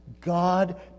God